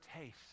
taste